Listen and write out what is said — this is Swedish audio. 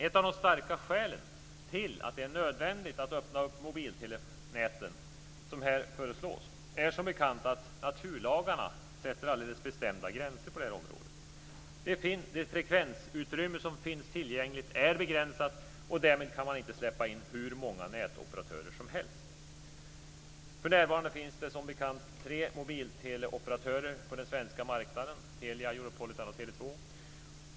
Ett av de starka skälen till att det är nödvändigt att öppna upp mobiltelenäten, som här föreslås, är som bekant att naturlagarna sätter bestämda gränser på det här området. Det frekvensutrymme som finns tillgängligt är begränsat. Därmed kan man inte släppa in hur många nätoperatörer som helst. För närvarande finns det, som bekant, tre mobilteleoperatörer på den svenska marknaden. Det är Telia, Europolitan och Tele 2.